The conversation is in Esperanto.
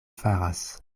faras